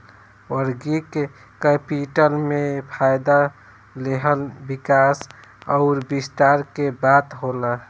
working capital में फ़ायदा लेहल विकास अउर विस्तार के बात होला